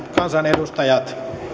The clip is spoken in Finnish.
kansanedustajat minulla